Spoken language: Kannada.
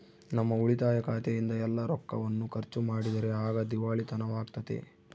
ನಮ್ಮ ಉಳಿತಾಯ ಖಾತೆಯಿಂದ ಎಲ್ಲ ರೊಕ್ಕವನ್ನು ಖರ್ಚು ಮಾಡಿದರೆ ಆಗ ದಿವಾಳಿತನವಾಗ್ತತೆ